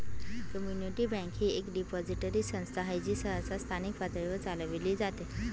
community bank ही एक depository संस्था आहे जी सहसा स्थानिक पातळीवर चालविली जाते